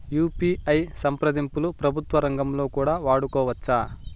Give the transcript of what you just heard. UPI సంప్రదింపులు ప్రభుత్వ రంగంలో కూడా వాడుకోవచ్చా?